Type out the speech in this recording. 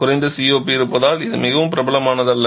குறைந்த COP இருப்பதால் இது மிகவும் பிரபலமானதல்ல